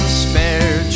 spare